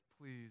please